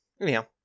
anyhow